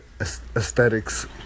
aesthetics